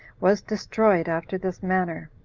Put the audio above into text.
was destroyed after this manner,